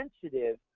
sensitive